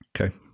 Okay